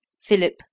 Philip